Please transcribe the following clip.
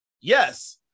Yes